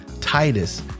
Titus